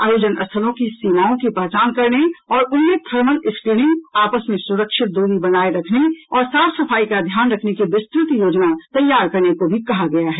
आयोजन स्थलों की सीमाओं की पहचान करने और उनमें थर्मल स्क्रीनिंग आपस में सुरक्षित दूरी बनाए रखने और साफ सफाई का ध्यान रखने की विस्तृत योजना तैयार करने को भी कहा गया है